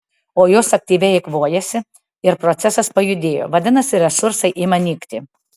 o jos aktyviai eikvojasi ir procesas pajudėjo vidiniai resursai ima nykti